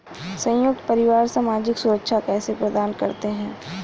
संयुक्त परिवार सामाजिक सुरक्षा कैसे प्रदान करते हैं?